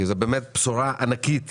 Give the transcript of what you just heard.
זאת באמת בשורה ענקית